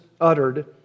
uttered